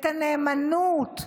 את הנאמנות,